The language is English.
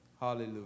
Hallelujah